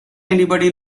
anybody